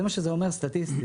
זה מה שזה אומר, סטטיסטית.